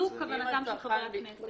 זו כוונתם של חברי הכנסת.